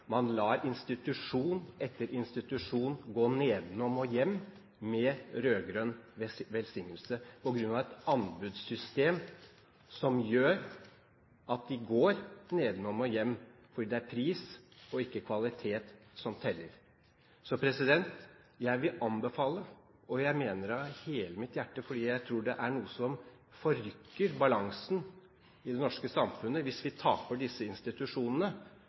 Man lar institusjon etter institusjon gå nedenom og hjem med rød-grønn velsignelse på grunn av et anbudssystem der det er pris og ikke kvalitet som teller. Så jeg vil anbefale – og jeg mener det av hele mitt hjerte, fordi jeg tror det er noe som forrykker balansen i det norske samfunnet hvis vi taper disse institusjonene